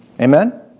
Amen